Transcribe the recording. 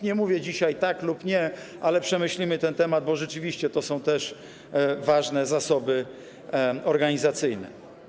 Nie mówię dzisiaj: tak lub nie, ale przemyślimy ten temat, bo rzeczywiście to są też ważne zasoby organizacyjne.